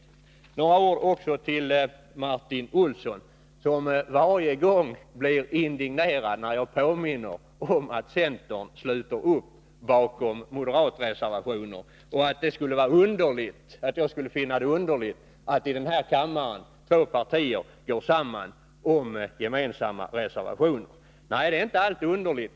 Jag vill säga några ord också till Martin Olsson, som alltid blir lika indignerad när jag påminner om att centern sluter upp bakom moderatreservationer. Han påstår att jag skulle finna det underligt att två partier går samman i en gemensam reservation. Nej, det är inte alls underligt.